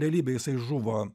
realybėj jisai žuvo